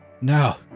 Now